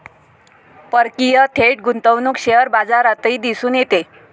परकीय थेट गुंतवणूक शेअर बाजारातही दिसून येते